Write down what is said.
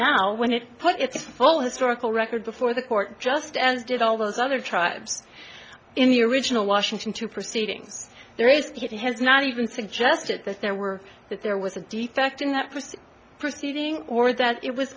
now when it put its full historical record before the court just as did all those other tribes in the original washington to proceedings their race it has not even suggested that there were that there was a defect in that was proceeding or that it was